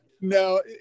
No